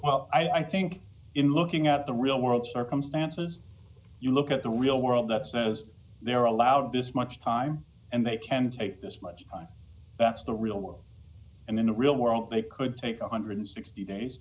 well i think in looking at the real world circumstances you look at the real world that says they're allowed this much time and they can say this much time that's the real world and in the real world they could take one hundred and sixty days